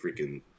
freaking